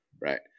right